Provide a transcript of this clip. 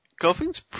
Golfing's